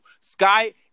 Sky